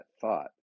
thought